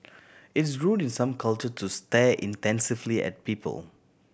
it's rude in some culture to stare intensely at people